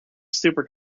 super